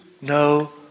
no